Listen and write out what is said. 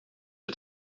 het